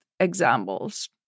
examples